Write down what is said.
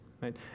right